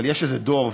אבל יש איזה דור,